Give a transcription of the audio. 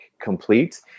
complete